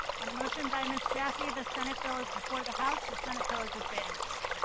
on a motion by ms. jaffee, the senate bill is before the house. the senate bill is advanced.